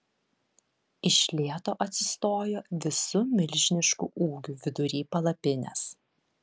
iš lėto atsistojo visu milžinišku ūgiu vidury palapinės